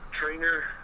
trainer